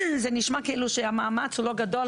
זה נשמע כאילו שהמאמץ הוא לא גדול,